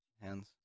hands